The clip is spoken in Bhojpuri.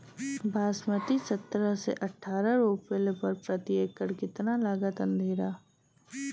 बासमती सत्रह से अठारह रोपले पर प्रति एकड़ कितना लागत अंधेरा?